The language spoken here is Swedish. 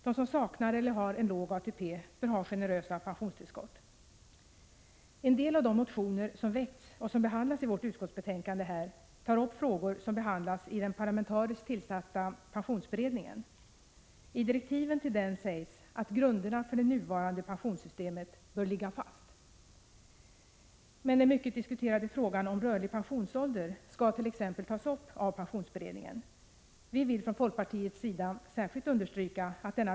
De som saknar eller har en låg ATP bör ha generösa pensionstillskott. En del av de motioner som har väckts och som behandlas i vårt utskottsbetänkande gäller frågor som behandlas i den parlamentariskt tillsatta pensionsberedningen. I direktiven till den sägs att grunderna för det nuvarande pensionssystemet bör ligga fast. Den mycket diskuterade frågan om rörlig pensionsålder skall t.ex. tas upp av pensionsberedningen. Vi vill från folkpartiets sida särskilt understryka att Prot.